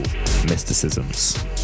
Mysticisms